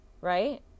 Right